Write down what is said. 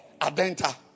Adenta